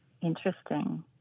Interesting